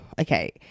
okay